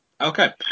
Okay